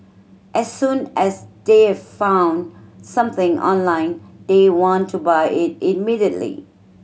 as soon as they've found something online they want to buy it immediately